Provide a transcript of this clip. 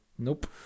Nope